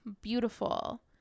beautiful